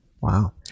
Wow